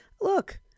Look